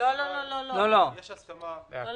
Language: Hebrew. יש הסכמה על